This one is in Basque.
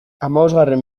hamabosgarren